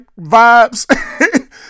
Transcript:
vibes